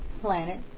planet